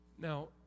Now